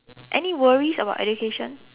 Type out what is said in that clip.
any worries about education